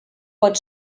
pot